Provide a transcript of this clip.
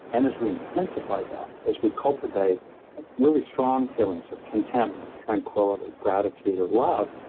and as we intensify that, as we cultivate really strong feelings of contentment, tranquility, gratitude or love,